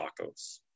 tacos